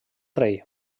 rei